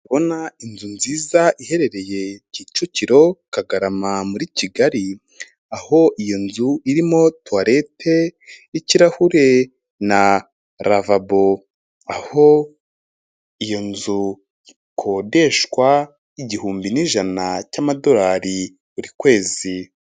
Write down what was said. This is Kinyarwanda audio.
Ndabona inzu nziza iherereye Kicukiro, Kagarama muri Kigali, aho iyo nzu irimo tuwalete y'kirahure na lavabo, aho iyo nzu ikodeshwa igihumbi nijana cy'amadorari buri kwezi.